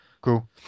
cool